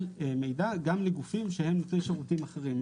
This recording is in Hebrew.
מידע גם לגופים שהם נותנים שירותים אחרים,